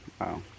wow